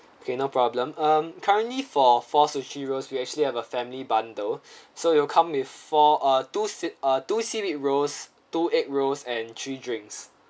okay no problem um currently for four sushi rolls we actually have a family bundle so it'll come with four ah two siea~ ah two seaweed rolls two egg rolls and three drinks